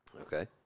Okay